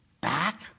back